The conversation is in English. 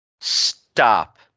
stop